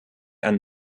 ein